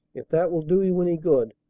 if that will do you any good.